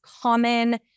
common